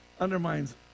undermines